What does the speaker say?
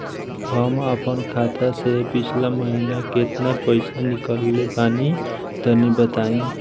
हम आपन खाता से पिछला महीना केतना पईसा निकलने बानि तनि बताईं?